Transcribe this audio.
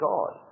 God